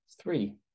Three